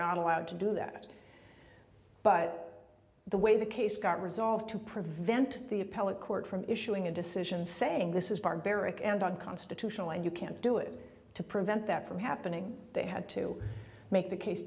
not allowed to do that but the way the case got resolved to prevent the appellate court from issuing a decision saying this is barbaric and unconstitutional and you can't do it to prevent that from happening they had to make the case